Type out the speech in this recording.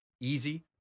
Easy